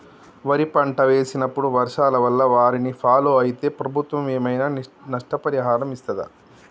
వరి పంట వేసినప్పుడు వర్షాల వల్ల వారిని ఫాలో అయితే ప్రభుత్వం ఏమైనా నష్టపరిహారం ఇస్తదా?